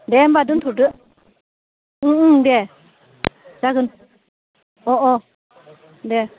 देह होनबा दोन्थ'दो दे जागोन अ अ देह